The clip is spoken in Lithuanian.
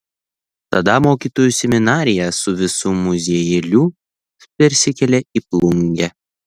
tada mokytojų seminarija su visu muziejėliu persikėlė į plungę